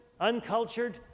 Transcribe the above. uncultured